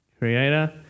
Creator